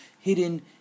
hidden